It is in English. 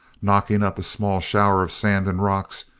knocking up a small shower of sand and rocks,